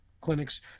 clinics